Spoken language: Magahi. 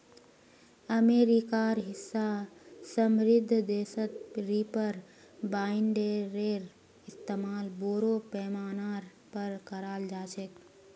अमेरिकार हिस्सा समृद्ध देशत रीपर बाइंडरेर इस्तमाल बोरो पैमानार पर कराल जा छेक